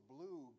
Blue